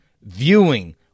viewing